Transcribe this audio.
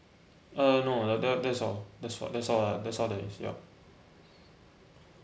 uh no that's that's all that's all that's all there is yup